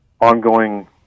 ongoing